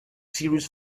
serious